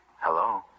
Hello